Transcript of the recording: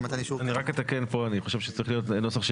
אני רק אתקן פה שאני חושב שהנוסח צריך להיות שיורה.